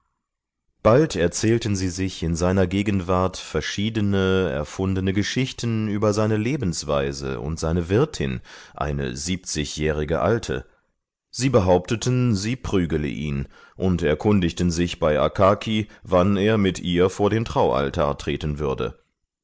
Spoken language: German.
bald erzählten sie sich in seiner gegenwart verschiedene erfundene geschichten über seine lebensweise und seine wirtin eine siebzigjährige alte sie behaupteten sie prügele ihn und erkundigten sich bei akaki wann er mit ihr vor den traualtar treten würde